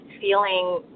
feeling